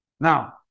Now